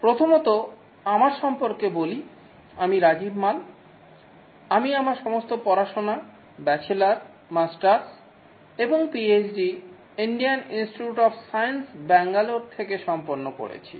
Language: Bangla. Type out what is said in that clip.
প্রথমত আমার সম্পর্কে বলি আমি রাজিব মাল আমি আমার সমস্ত পড়াশোনা ব্যাচেলর মাস্টার্স এবং PhD Indian Institute of Science Bangalore থেকে সম্পন্ন করেছি